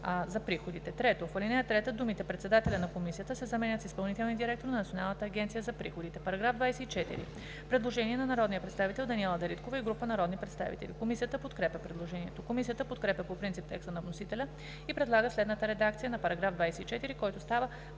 за приходите“. 3. В ал. 3 думите „председателя на Комисията“ се заменят с „изпълнителния директор на Националната агенция за приходите“.“ По § 24 има предложение на народния представител Даниела Дариткова и група народни представители. Комисията подкрепя предложението. Комисията подкрепя по принцип текста на вносителя и предлага следната редакция на § 24, който става